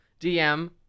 DM